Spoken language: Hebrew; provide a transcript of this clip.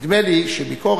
נדמה לי שביקורת,